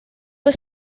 was